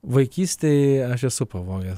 vaikystėj aš esu pavogęs